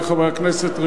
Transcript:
חברי חברי הכנסת,